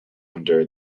under